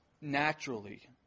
naturally